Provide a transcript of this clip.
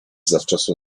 zawczasu